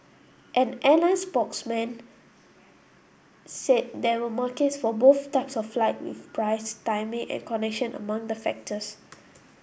an airline spokesman said there were markets for both types of flight with price timing and connection among the factors